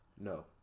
No